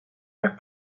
are